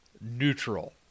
neutral